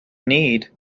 need